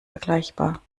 vergleichbar